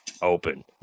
open